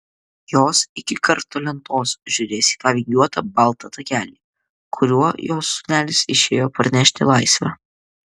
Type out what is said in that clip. jos iki karsto lentos žiūrės į tą vingiuotą baltą takelį kuriuo jos sūnelis išėjo parnešti laisvę